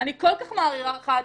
אני כל כך מעריכה אותך,